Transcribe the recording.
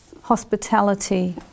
hospitality